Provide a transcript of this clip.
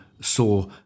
saw